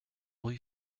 rue